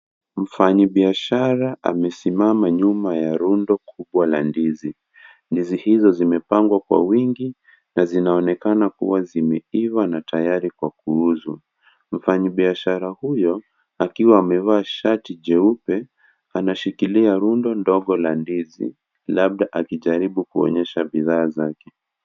Mfanyibiashara amesimama nyuma ya rundo kubwa la ndizi. Ndizi hizo zimepangwa kwa wingi na zinaonekana kuwa zimeiva na tayari kwa kuuzwa. Mfanyibiashara huyo, akiwa amevaa shati jeupe, anashikilia rundo ndogo la ndizi, labda akijaribu kuonyesha bidhaa zake.